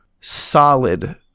solid